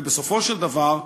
ובסופו של דבר,